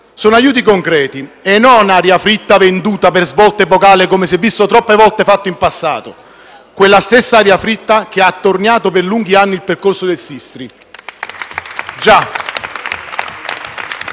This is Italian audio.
Sono aiuti concreti, e non aria fritta venduta per svolta epocale, come si è visto troppe volte in passato; quella stessa aria fritta che ha attorniato per lunghi anni il percorso del Sistri.